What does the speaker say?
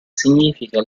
significa